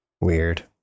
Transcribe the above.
Weird